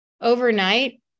Overnight